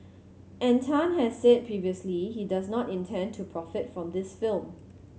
and Tan has said previously he does not intend to profit from this film